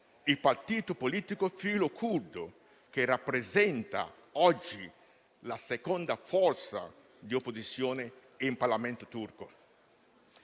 il partito politico filo-curdo, che rappresenta oggi la seconda forza di opposizione nel Parlamento turco.